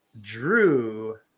Drew